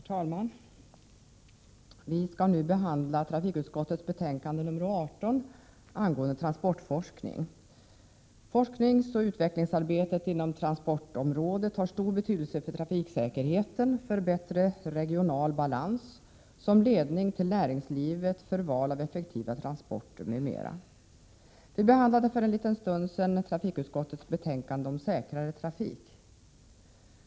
Herr talman! Vi skall nu behandla trafikutskottets betänkande nr 18 angående transportforskning. Forskningsoch utvecklingsarbetet inom transportområdet har stor betydelse för trafiksäkerheten, för en bättre regional balans, som ledning till näringslivet för val av effektiva transporter m.m. Vi behandlade för en liten stund sedan trafikutskottets betänkande om säkrare trafik.